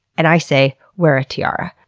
and i say, wear a tiara.